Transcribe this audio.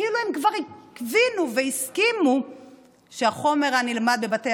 כאילו הם כבר הבינו והסכימו שהחומר הנלמד בבתי